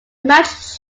match